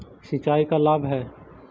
सिंचाई का लाभ है?